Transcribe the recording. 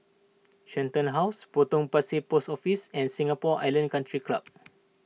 Shenton House Potong Pasir Post Office and Singapore Island Country Club